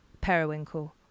periwinkle